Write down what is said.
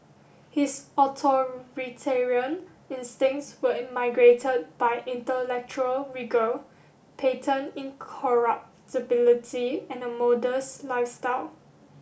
his authoritarian instincts were immigrated by intellectual rigour patent incorruptibility and a modest lifestyle